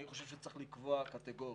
אני חושב שצריך לקבוע קטיגורית